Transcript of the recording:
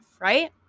right